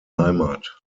heimat